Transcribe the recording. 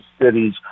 cities